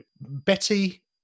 Betty